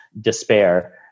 despair